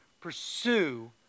pursue